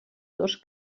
dos